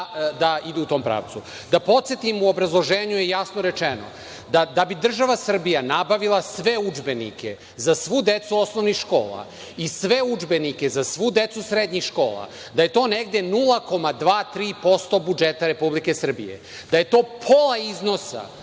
idu u tom pravcu. Da podsetim, u obrazloženju je jasno rečeno – da bi država Srbija nabavila sve udžbenike, za svu decu osnovnih škola, i sve udžbenike za svu decu srednjih škola, da je to negde 0,2-3% budžeta Republike Srbije, da je to pola iznosa